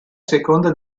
seconda